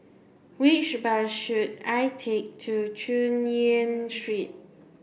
which bus should I take to Chu Yen Street